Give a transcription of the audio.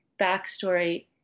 backstory